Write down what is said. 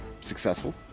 Successful